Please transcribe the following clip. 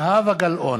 בעד זהבה גלאון,